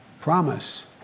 promise